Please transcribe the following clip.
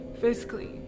physically